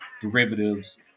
derivatives